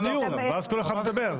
ואז כל אחד מדבר.